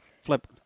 flip